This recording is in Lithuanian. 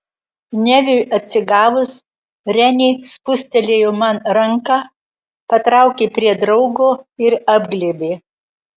neviui atsigavus renė spustelėjo man ranką patraukė prie draugo ir apglėbė